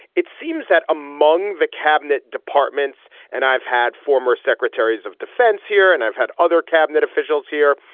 it seems that among the cabinet departments and i've had former secretaries of defense here and i've had other cabinet officials here,